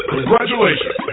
Congratulations